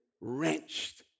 wrenched